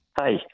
Hi